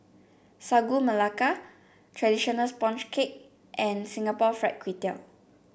Sagu Melaka traditional sponge cake and Singapore Fried Kway Tiao